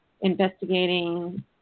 investigating